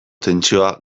tentsioa